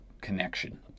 connection